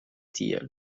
tiel